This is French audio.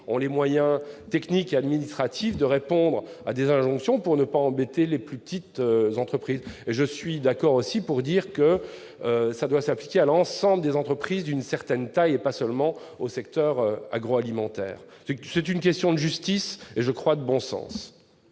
a les moyens techniques et administratifs de répondre à des injonctions, afin de ne pas embêter les plus petites entreprises. Je suis aussi d'accord pour dire que ces dispositions doivent s'appliquer à l'ensemble des entreprises d'une certaine taille et non seulement au secteur agroalimentaire. C'est une question de justice et, je crois, de bon sens.